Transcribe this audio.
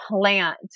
Plant